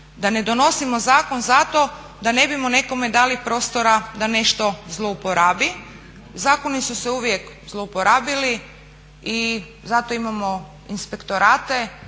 da ne donosimo zakon zato da ne bismo nekome dali prostora da nešto zlouporabi. Zakoni su se uvijek zlouporabili i zato imamo inspektorate,